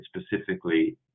specifically